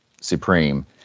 supreme